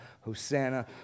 Hosanna